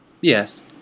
Yes